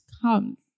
comes